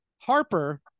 Harper